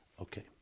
Okay